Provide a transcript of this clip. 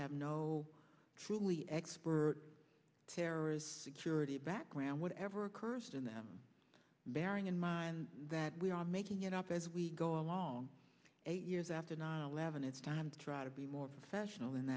have no truly expert terrorist security background whatever kirstin them bearing in mind that we are making it up as we go along eight years after nine eleven it's time to try to be more professional